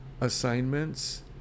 assignments